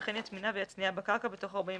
וכן יטמינה ויצניעה בקרקע בתוך 48